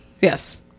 Yes